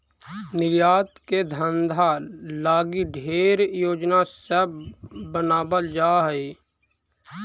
निर्यात के धंधा लागी ढेर योजना सब बनाबल जा हई